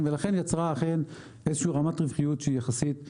ולכן יצרה אכן איזושהי רמת רווחיות שהיא יחסית חריגה.